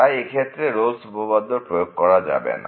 তাই এই ক্ষেত্রে রোলস উপপাদ্য প্রয়োগ করা যাবে না